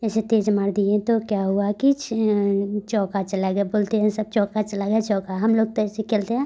ऐसे तेज़ मार दिए तो क्या हुआ कि चौका चला गया बोलते हैं सब चौका चला गया चौका हम लोग त ऐसे खेलते हैं